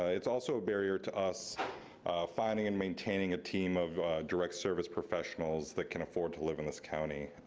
ah it's also a barrier to us finding and maintaining a team of direct service professionals that can afford to live in this county.